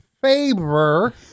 favor